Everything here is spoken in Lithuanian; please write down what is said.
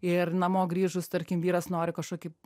ir namo grįžus tarkim vyras nori kažkokį